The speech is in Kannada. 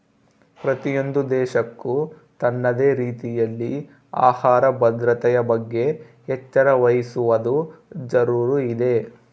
ಪ್ರತಿಯೊಂದು ದೇಶಕ್ಕೂ ತನ್ನದೇ ರೀತಿಯಲ್ಲಿ ಆಹಾರ ಭದ್ರತೆಯ ಬಗ್ಗೆ ಎಚ್ಚರ ವಹಿಸುವದು ಜರೂರು ಇದೆ